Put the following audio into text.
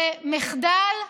זה מחדל,